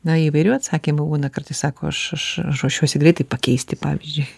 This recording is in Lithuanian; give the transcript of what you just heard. na įvairių atsakymų būna kartais sako aš aš ruošiuosi greitai pakeisti pavyzdžiui